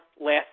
last